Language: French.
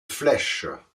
flèches